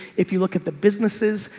if you look at the businesses,